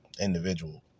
individual